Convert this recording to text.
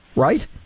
Right